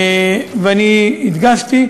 אני הדגשתי: